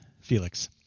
Felix